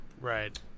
Right